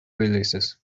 уйлыйсыз